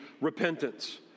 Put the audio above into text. repentance